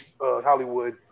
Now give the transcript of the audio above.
Hollywood